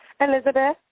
Elizabeth